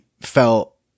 felt